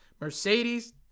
Mercedes